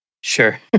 Sure